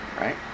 right